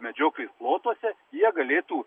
medžioklės plotuose jie galėtų